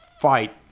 fight